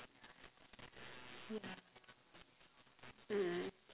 yeah mm